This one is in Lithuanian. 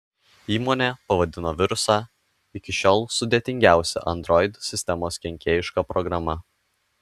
įmonė pavadino virusą iki šiol sudėtingiausia android sistemos kenkėjiška programa